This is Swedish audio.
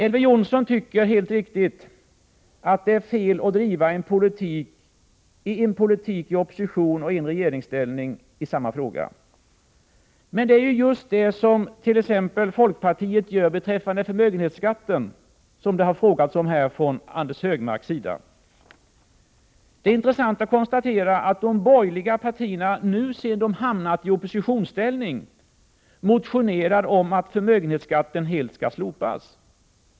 Elver Jonsson tycker, helt riktigt, att det är fel att driva en politik i opposition och en annan i regeringsställning i samma fråga — men det är ju just vad folkpartiet gör t.ex. beträffande förmögenhetsskatten, som Anders Högmark har frågat om. Det är intressant att konstatera att de borgerliga partierna nu, sedan de hamnat i oppositionsställning, har motionerat om att förmögenhetsskatten helt skall slopas.